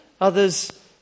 others